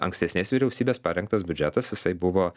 ankstesnės vyriausybės parengtas biudžetas jisai buvo